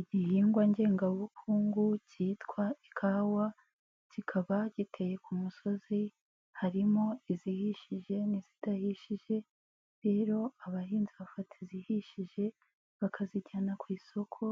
Igihingwa ngengabukungu cyitwa ikawa, kikaba giteye ku musozi harimo izihishije n'izidahishije, rero abahinzi bafata izihishije bakazijyana ku isoko